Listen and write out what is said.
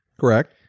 Correct